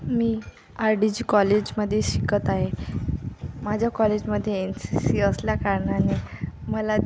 मी R D G कॉलेजमध्ये शिकत आहे माझ्या कॉलेजमध्ये एन सी सी असल्या कारणाने मला